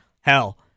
hell